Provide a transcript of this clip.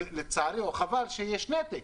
חבל שיש נתק